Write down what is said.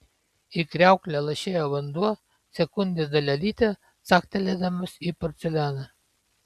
į kriauklę lašėjo vanduo sekundės dalelytę caktelėdamas į porcelianą